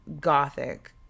gothic